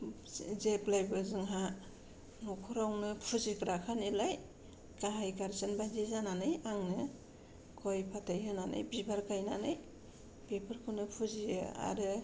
जेब्लायबो जोंहा न'खरावनो फुजिग्राखा नालाय गाहाय गारदियान बायदि जानानै आंनो गय फाथै होनानै बिबार गायनानै बेफोरखौनो फुजियो आरो